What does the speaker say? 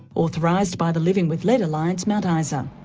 authorised by the living with lead alliance, mount ah isa.